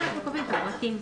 פה אנחנו קובעים את הפרטים.